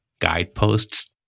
guideposts